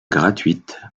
gratuite